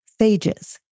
phages